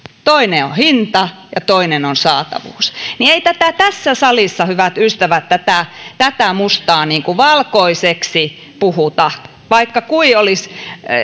toinen on hinta ja toinen on saatavuus ei tässä salissa hyvät ystävät tätä tätä mustaa valkoiseksi puhuta vaikka kuinka olisi